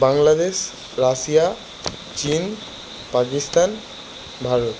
Bangladesh Russia চীন পাকিস্তান ভারত